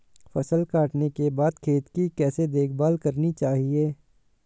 फसल काटने के बाद खेत की कैसे देखभाल करनी चाहिए?